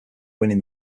winning